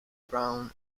drawn